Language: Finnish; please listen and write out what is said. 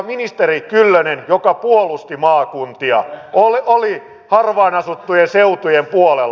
ministeri kyllönen joka puolusti maakuntia oli harvaan asuttujen seutujen puolella